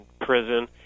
prison